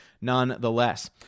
nonetheless